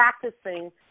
practicing